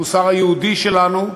המוסר היהודי שלנו,